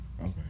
Okay